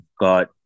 got